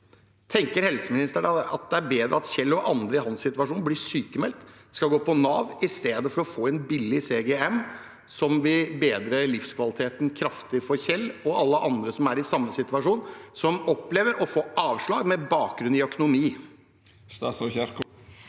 Tenker helseministeren det er bedre at Kjell og andre i hans situasjon blir sykemeldt og må gå på Nav, i stedet for å få en billig CGM? En CGM vil bedre livskvaliteten kraftig for Kjell og alle andre som er i samme situasjon, som opplever å få avslag med bakgrunn i økonomi.